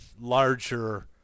larger